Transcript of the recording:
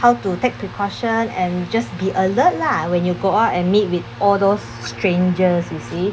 how to take precaution and just be alert lah when you go out and meet with all those strangers you see